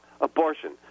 abortion